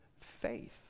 faith